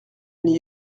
n’y